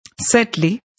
Sadly